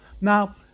Now